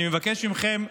אני מבקש מכולכם,